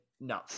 no